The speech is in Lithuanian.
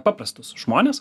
paprastus žmones